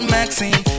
Maxine